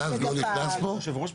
גז לא נכנס פה?